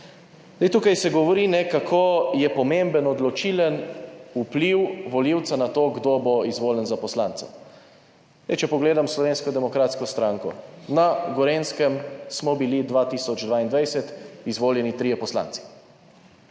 Tukaj se govori, kako je pomemben odločilen vpliv volivca na to, kdo bo izvoljen za poslanca. Zdaj, če pogledam Slovensko demokratsko stranko, na Gorenjskem smo bili 2022 izvoljeni trije poslanci.